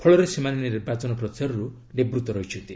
ଫଳରେ ସେମାନେ ନିର୍ବାଚନ ପ୍ରଚାରରୁ ନିବୂତ୍ତ ରହିଛନ୍ତି